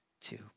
two